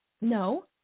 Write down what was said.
No